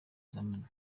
z’amanywa